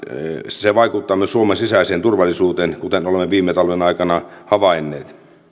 se vaikuttaa myös suomen sisäiseen turvallisuuteen kuten olemme viime talven aikana havainneet